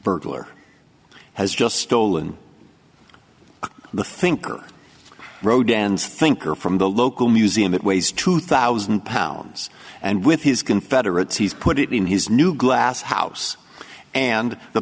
burglar has just stolen the thinker rodin's thinker from the local museum it weighs two thousand pounds and with his confederates he's put it in his new glass house and the